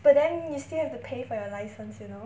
but then you still have to pay for your license you know